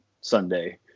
sunday